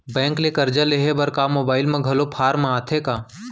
Bank ले करजा लेहे बर का मोबाइल म घलो फार्म आथे का?